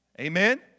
Amen